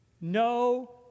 No